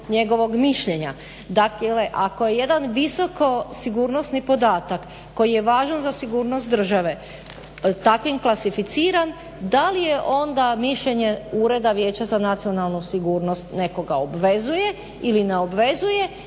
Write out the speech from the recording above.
njegovog mišljenja. Dakle ako je jedan visoko sigurnosni podatak koji je važan za sigurnost države takvim klasificiran da li je onda mišljenje ureda vijeća za nacionalnu sigurnost nekoga obvezuje ili ne obvezuje